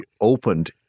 opened